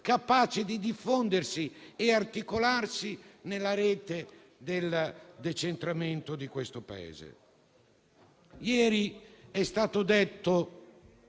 capace di articolarsi nella rete di decentramento di questo Paese.